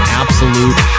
absolute